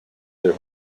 their